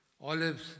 Olives